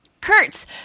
Kurtz